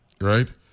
Right